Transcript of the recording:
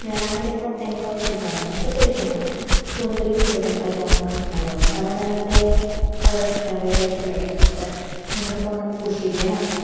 म्हळ्यार आमी तेंका अशें घरांन अशें पोशिनांत पूण तरी सुद्दां तेंका जेवण खाण घालप कारण तें रसत्या वयलें अशें पेटे आसतात हेंका कोणें पोशिल्लें नासतात